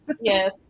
Yes